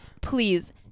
please